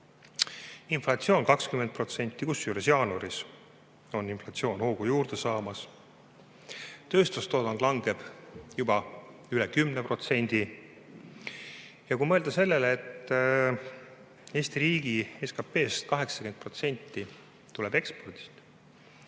on 20%, kusjuures jaanuaris on inflatsioon hoogu juurde saanud. Tööstustoodang langeb juba üle 10%. Ja kui mõelda sellele, et Eesti riigi SKP‑st 80% tuleb ekspordist,